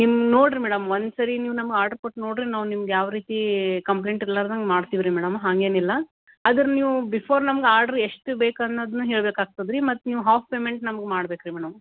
ನಿಮ್ಮ ನೋಡಿರಿ ಮೇಡಮ್ ಒಂದ್ಸರಿ ನೀವು ನಮ್ಗೆ ಆರ್ಡ್ರ್ ಕೊಟ್ಟು ನೋಡಿರಿ ನಾವು ನಿಮ್ಗೆ ಯಾವ ರೀತಿ ಕಂಪ್ಲೇಂಟ್ ಇರ್ಲಾರ್ದಂಗೆ ಮಾಡ್ತೀವಿ ರೀ ಮೇಡಮ್ ಹಾಗೇನಿಲ್ಲ ಆದ್ರೆ ನೀವು ಬಿಫೋರ್ ನಮ್ಗೆ ಆರ್ಡ್ರ್ ಎಷ್ಟು ಬೇಕು ಅನ್ನೋದ್ನ ಹೇಳ್ಬೇಕಾಗ್ತದೆ ರೀ ಮತ್ತು ನೀವು ಹಾಫ್ ಪೇಮೆಂಟ್ ನಮ್ಗೆ ಮಾಡ್ಬೇಕು ರೀ ಮೇಡಮ್